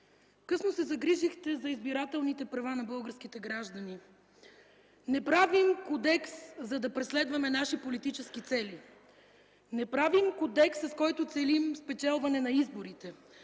късно се загрижихте за избирателните права на българските граждани. Не правим кодекс, за да преследваме наши политически цели. Не правим кодекс, с който целим спечелване на изборите.